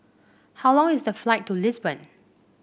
how long is the flight to Lisbon